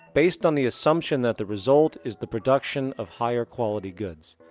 based on the assumption. that the result is the production of higher quality goods.